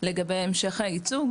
לגבי המשך הייצוג,